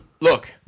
look